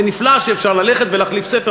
זה נפלא שאפשר ללכת ולהחליף ספר.